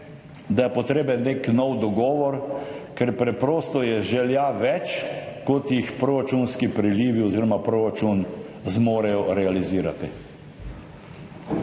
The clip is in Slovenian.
da je potreben nek nov dogovor, ker je preprosto želja več, kot jih proračunski prilivi oziroma proračun zmorejo realizirati.